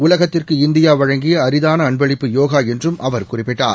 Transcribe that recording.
உலகத்திற்கு இந்தியா வழங்கிய அரிதான அன்பளிப்பு யோகா என்றும் அவர் குறிப்பிட்டார்